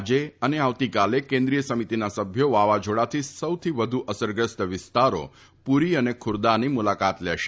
આજે અને આવતીકાલે કેન્દ્રીય સમિતિના સભ્યો વાવાઝોડાથી સૌથી વધુ અસરગ્રસ્ત વિસ્તારો પુરી અને ખુરદાની મુલાકાત લેશે